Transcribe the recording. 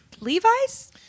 Levi's